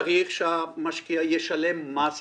צריך שהמשקיע ישלם מס ישראלי,